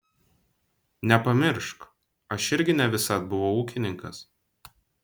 nepamiršk aš irgi ne visad buvau ūkininkas